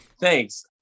Thanks